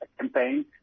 campaign